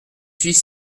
suis